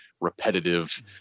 repetitive